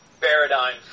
paradigm